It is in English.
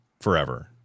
forever